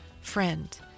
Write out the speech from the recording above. Friend